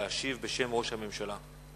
להשיב בשם ראש הממשלה.